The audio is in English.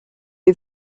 you